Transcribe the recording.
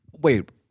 wait